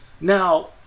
Now